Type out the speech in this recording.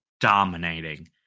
dominating